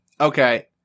Okay